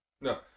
No